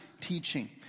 teaching